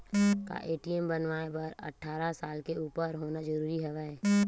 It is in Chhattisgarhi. का ए.टी.एम बनवाय बर अट्ठारह साल के उपर होना जरूरी हवय?